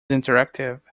interactive